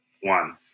one